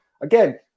again